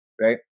right